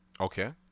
Okay